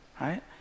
Right